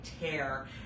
tear